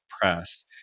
press